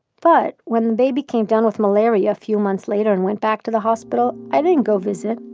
but, when the baby came down with malaria a few months later and went back to the hospital, i didn't go visit.